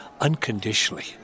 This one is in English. unconditionally